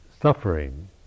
suffering